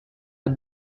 the